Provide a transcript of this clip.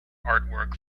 artwork